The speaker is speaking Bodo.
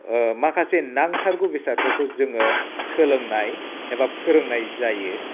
माखासे नांथारगौ बेसादफोरखौ जोङो सोलोंनाय एबा फोरोंनाय जायो